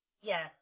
Yes